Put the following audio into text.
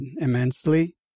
immensely